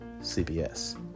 CBS